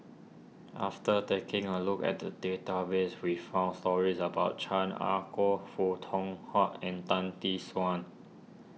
after taking a look at the database we found stories about Chan Ah Kow Foo Tong and Tan Tee Suan